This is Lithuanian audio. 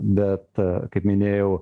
bet kaip minėjau